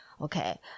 Okay